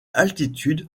altitude